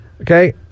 Okay